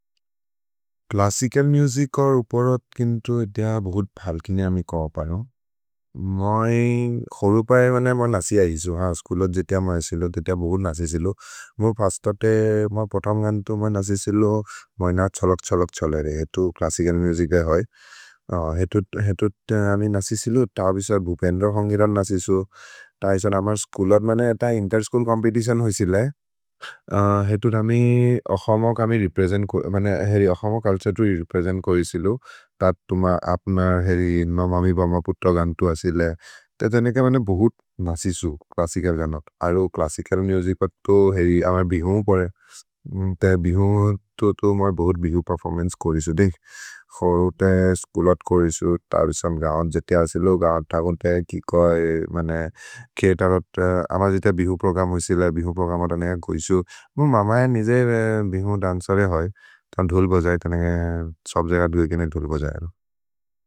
Classical music अर् उपरत् केन्तु एत भगुद् फल्किनि अमि कओ पयो। मै खोरु पए मने म नसि ऐसु। ह, स्कुलोत् जेति अम ऐसिलो, जेति अ भगुद् नसि सिलो। मु फस्तते, म पोतम् गन्तो मै नसि सिलो मैन छलक्-छलक्-छलरे, हेतु क्लसिकल् मुजिक है। हेतुत् अमि नसि सिलो, त अबिसर् भुपेन्द्र कोन्गिरल् नसि सिलो। त इसोन्, अमर् स्कुलोत् मने एत इन्तेर्-स्छूल् चोम्पेतितिओन् होइसि ले। हेतुत् अमि अहमक् अमिरिप्रेजेन्त्, मने हेरि अहमक् अल्त्सतु इरिप्रेजेन्त् कोरिसि सिलो। त तुम्ह अप्न, हेरि ममिबम पुत्त गन्तो असिले। त जनेके मने भुगुद् नसि सिलो, क्लसिकल् गनोत्। अरो क्लसिकल् मुजिक् पतु, हेरि अमर् बिहुन् परे। त बिहुन्, तुम्हर भुगुद् बिहुन् पेर्फोर्मन्चे कोरिसि सिलो। देख्, खोरु ते स्कुलोत् कोरिसि सिलो, त अबिसम् गओन् जेति ऐसिलो। गओन् थगोन् ते कि कोइ, मने, केतेरोत्। अम जिते बिहुन् प्रोग्रम् होइसि ले, बिहुन् प्रोग्रमत नेह गोइसु। ममजन् निजे बिहुन् दन्सरे है। तन् धोल् बजये, तन् नेहे, सब् जगत् गोइ केने धोल् बजये लो।